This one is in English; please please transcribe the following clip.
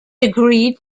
agreed